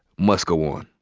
must go on.